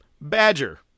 Badger